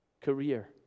career